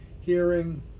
Hearing